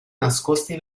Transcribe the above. nascosti